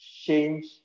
change